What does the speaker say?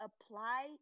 apply